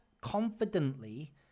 confidently